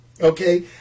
okay